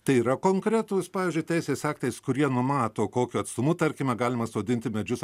tai yra konkretūs pavyzdžiui teisės aktais kurie numato kokiu atstumu tarkime galima sodinti medžius